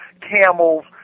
camels